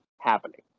happening